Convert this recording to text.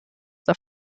der